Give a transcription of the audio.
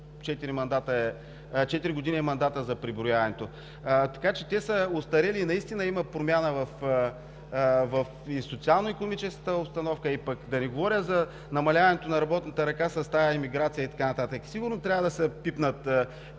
години е мандата за преброяването. Така че те са остарели и наистина има промяна в социално-икономическата обстановка, а пък да не говоря за намаляването на работната ръка с тази имиграция и така нататък, и сигурно трябва да се пипнат